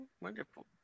Wonderful